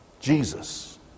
Jesus